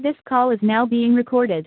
this call is now being recorded